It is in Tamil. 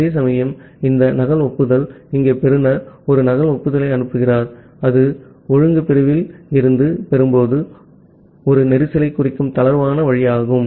அதேசமயம் இந்த நகல் ஒப்புதல் இங்கே பெறுநர் ஒரு நகல் ஒப்புதலை அனுப்புகிறார் அது ஒழுங்கு பிரிவில் இருந்து பெறும்போது இது ஒரு கஞ்சேஸ்ன்க் குறிக்கும் தளர்வான வழியாகும்